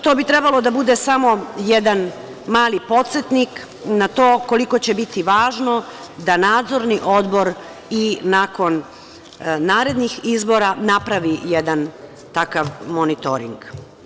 To bi trebalo da bude samo jedan mali podsetnik na to koliko će biti važno da Nadzorni odbor i nakon narednih izbora napravi jedan takav monitoring.